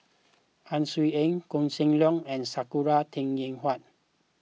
Ang Swee Aun Koh Seng Leong and Sakura Teng Ying Hua